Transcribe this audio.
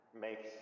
Makes